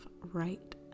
right